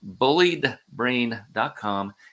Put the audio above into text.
bulliedbrain.com